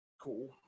Cool